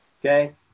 Okay